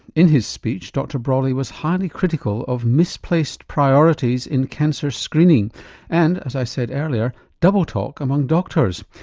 in his speech dr brawley was highly critical of misplaced priorities in cancer screening and as i said earlier double talk among doctors.